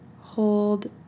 hold